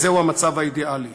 וזהו המצב האידיאלי.